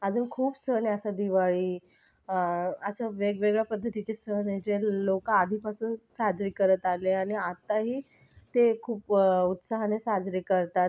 अजून खूप सण आहे असा दिवाळी अशा वेगवेगळ्या पद्धतीचे सण आहेत जे लोकं आधीपासून साजरे करत आलेत आणि आत्ताही ते खूप उत्साहाने साजरे करतात